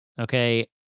Okay